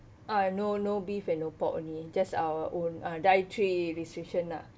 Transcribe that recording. uh no no beef and no pork only just our own uh dietary restriction lah